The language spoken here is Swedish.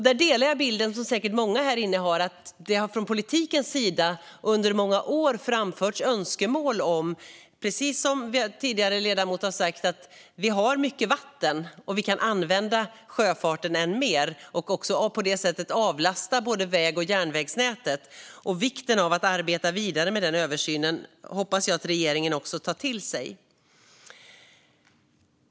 Där delar jag bilden som säkert många här inne har att det från politikens sida under många år har framförts önskemål - som den tidigare ledamoten i debatten sa har vi mycket vatten - om att vi ska använda sjöfarten än mer och på det sättet avlasta både väg och järnvägsnätet. Och jag hoppas att regeringen tar till sig att det är viktigt att arbeta vidare med denna översyn.